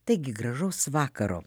taigi gražaus vakaro